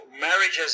marriages